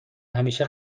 همیشه